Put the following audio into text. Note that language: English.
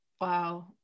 wow